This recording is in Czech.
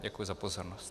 Děkuji za pozornost.